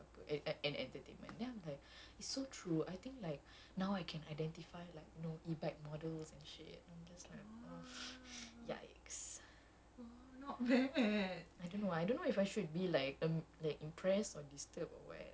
so I don't know like actually his account macam supposed to be like educational ke apa at an entertainment but it's so true I think like now I can identify like know the back models and shit in case like aku yikes